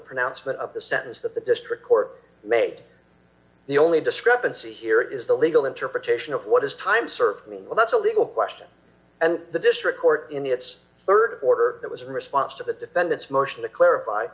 pronouncement of the sentence that the district court may the only discrepancy here is the legal interpretation of what is time sir well that's a legal question and the district court in its rd quarter that was in response to the defendant's motion to clarify